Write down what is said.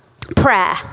prayer